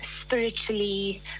spiritually